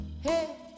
Hey